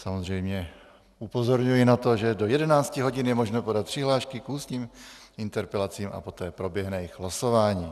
Samozřejmě upozorňuji na to, že do 11 hodin je možno podat přihlášky k ústním interpelacím a poté proběhne jejich losování.